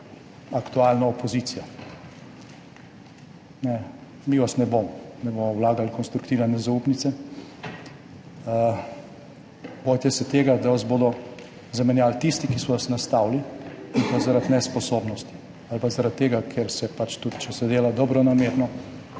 aktualna opozicija. Mi vas ne bomo, ne bomo vlagali konstruktivne nezaupnice. Bojte se tega, da vas bodo zamenjali tisti, ki so vas nastavili, in to zaradi nesposobnosti ali pa zaradi tega, ker se pač, tudi če se dela dobronamerno,